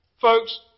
Folks